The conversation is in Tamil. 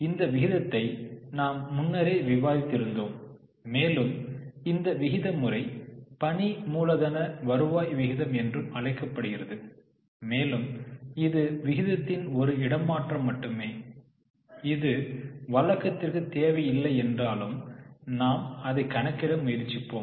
இந்த விகிதத்தை நாம் முன்னரே விவாதித்திருந்தோம் மேலும் இந்த விகிதம் பணி மூலதனத்திற்கான விற்பனையாகும் இந்த விகிதமுறை பணி மூலதன வருவாய் விகிதம் என்றும் அழைக்கப்படுகிறது மேலும் இது விகிதத்தின் ஒரு இடமாற்றம் மட்டுமே இது வழக்கிற்கு தேவையில்லை என்றாலும் நாம் அதை கணக்கிட முயற்சிப்போம்